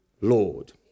Lord